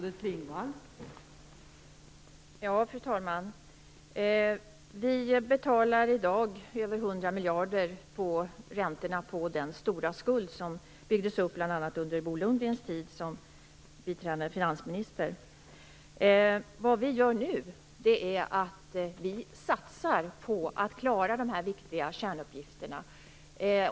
Fru talman! Vi betalar i dag över 100 miljarder i räntor på den stora skuld som byggdes upp bl.a. under Det vi gör nu är att satsa på att klara de här viktiga kärnuppgifterna.